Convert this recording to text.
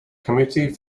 committee